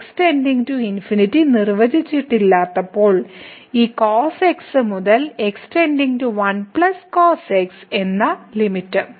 x → നിർവചിച്ചിട്ടില്ലാത്തപ്പോൾ ഈ cos x മുതൽ x → 1 cos x എന്ന ലിമിറ്റ്